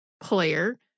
player